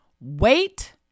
wait